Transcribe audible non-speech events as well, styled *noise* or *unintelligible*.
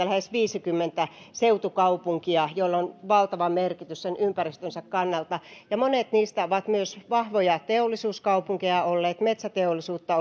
*unintelligible* lähes viisikymmentä seutukaupunkia joilla on valtava merkitys sen ympäristönsä kannalta monet niistä ovat myös vahvoja teollisuuskaupunkeja olleet metsäteollisuutta *unintelligible*